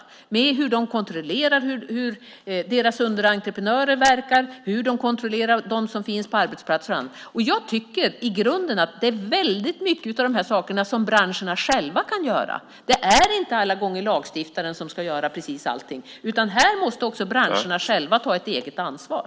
Det handlar om hur de kontrollerar hur deras underentreprenörer verkar och de som finns på arbetsplatser och annat. Jag tycker i grunden att det är väldigt många av de sakerna som branscherna själva kan göra. Det är inte alla gånger lagstiftaren som ska göra precis allting. Här måste också branscherna själva ta ett eget ansvar.